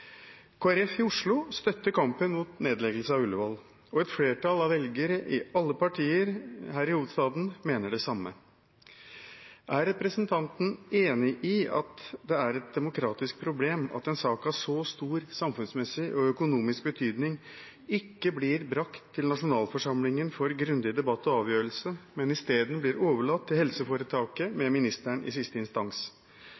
Folkeparti i Oslo støtter kampen mot nedleggelse av Ullevål, og et flertall av velgerne i alle partier her i hovedstaden mener det samme. Er representanten enig i at det er et demokratisk problem at en sak av så stor samfunnsmessig og økonomisk betydning ikke blir brakt til nasjonalforsamlingen for grundig debatt og avgjørelse, men isteden blir overlatt til helseforetaket,